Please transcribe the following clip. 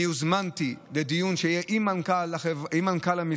אני הוזמנתי לדיון שיהיה עם מנכ"ל המשרד,